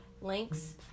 links